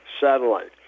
Satellite